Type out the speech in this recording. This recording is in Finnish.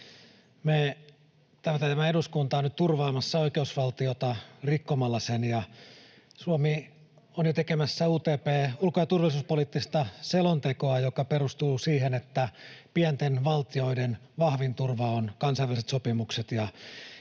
Tämä eduskunta on nyt turvaamassa oikeusvaltiota rikkomalla sen, ja Suomi on jo tekemässä ulko- ja turvallisuuspoliittista selontekoa, joka perustuu siihen, että pienten valtioiden vahvin turva ovat kansainväliset sopimukset